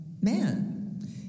man